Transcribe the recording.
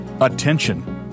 attention